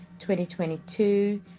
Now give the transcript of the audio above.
2022